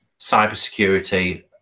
cybersecurity